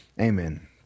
Amen